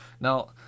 Now